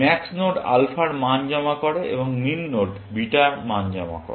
max node আলফার মান জমা করে এবং মিন নোড বিটা মান জমা করে